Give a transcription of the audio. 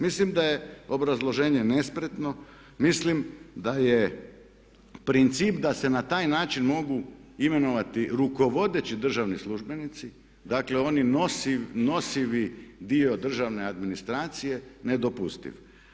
Mislim da je obrazloženje nespretno, mislim da je princip da se na taj način mogu imenovati rukovodeći državni službenici, dakle oni nosivi dio državne administracije nedopustiv.